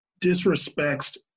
disrespects